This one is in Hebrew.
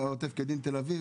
העוטף כדין תל אביב,